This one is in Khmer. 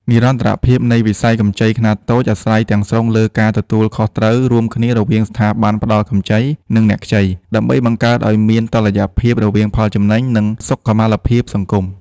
និរន្តរភាពនៃវិស័យកម្ចីខ្នាតតូច អាស្រ័យទាំងស្រុងលើការទទួលខុសត្រូវរួមគ្នារវាងស្ថាប័នផ្តល់កម្ចី និងអ្នកខ្ចី ដើម្បីបង្កើតឱ្យមានតុល្យភាពរវាងផលចំណេញ និងសុខុមាលភាពសង្គម។